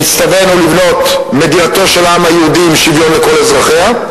שהצטווינו לבנות מדינתו של העם היהודי עם שוויון לכל אזרחיה,